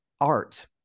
art